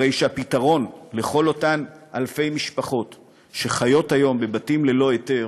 הרי הפתרון לכל אותן אלפי משפחות שחיות היום בבתים ללא היתר